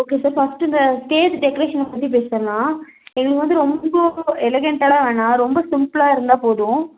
okay sir first இந்த stage டெக்கரேஷனை பற்றி பேசிடலாம் எங்களுக்கு வந்து ரொம்ப எலகெண்டடாயெல்லாம் வேணாம் ரொம்ப சிம்ப்ளாக இருந்தால் போதும்